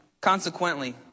Consequently